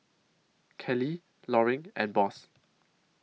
Kelly Loring and Boss